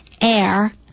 air